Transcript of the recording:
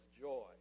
joy